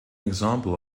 example